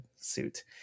suit